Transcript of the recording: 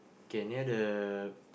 K near the